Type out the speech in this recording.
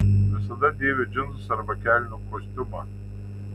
visada dėviu džinsus arba kelnių kostiumą